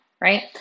right